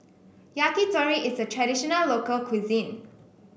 Yakitori is a traditional local cuisine